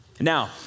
Now